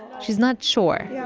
she's not sure. yeah